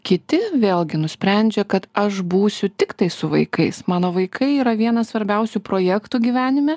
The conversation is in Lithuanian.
kiti vėlgi nusprendžia kad aš būsiu tiktai su vaikais mano vaikai yra vienas svarbiausių projektų gyvenime